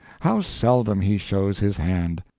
how seldom he shows his hand!